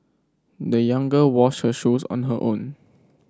the young girl washed her shoes on her own